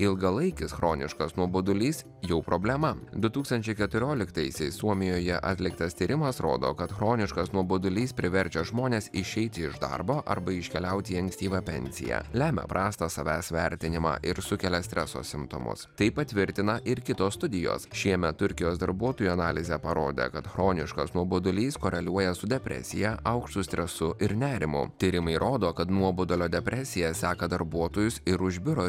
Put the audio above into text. ilgalaikis chroniškas nuobodulys jau problema du tūkstančiai keturioliktaisiais suomijoje atliktas tyrimas rodo kad chroniškas nuobodulys priverčia žmones išeiti iš darbo arba iškeliauti į ankstyvą pensiją lemia prastą savęs vertinimą ir sukelia streso simptomus tai patvirtina ir kitos studijos šiemet turkijos darbuotojų analizė parodė kad chroniškas nuobodulys koreliuoja su depresija aukštu stresu ir nerimu tyrimai rodo kad nuobodulio depresija seka darbuotojus ir už biuro